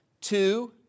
two